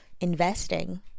investing